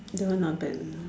the one not bad